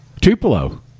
Tupelo